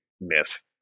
myth